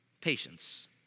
Patience